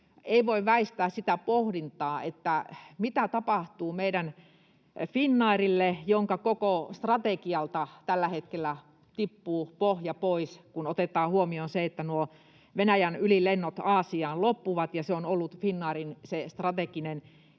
ei voi väistää sitä pohdintaa, mitä tapahtuu meidän Finnairille, jonka koko strategialta tällä hetkellä tippuu pohja pois, kun otetaan huomioon se, että nuo Venäjän ylilennot Aasiaan loppuvat ja se on ollut se Finnairin strateginen